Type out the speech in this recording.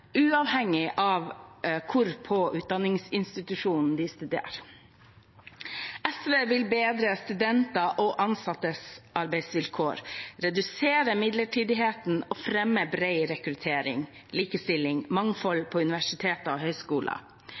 uavhengig av hvor på utdanningsinstitusjonen de studerer. SV vil bedre studenters og ansattes arbeidsvilkår, redusere midlertidighet og fremme bred rekruttering, likestilling og mangfold på universiteter og